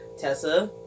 Tessa